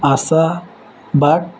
ଆସ ବାଟ